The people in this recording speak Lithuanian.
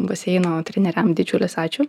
baseino treneriam didžiulis ačiū